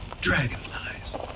dragonflies